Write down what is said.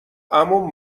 عموم